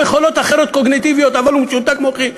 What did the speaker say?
יכולות קוגניטיביות אחרות אבל הוא משותק מוחין,